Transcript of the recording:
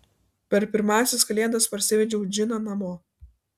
per pirmąsias kalėdas parsivedžiau džiną namo